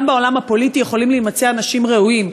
גם בעולם הפוליטי יכולים להימצא אנשים ראויים,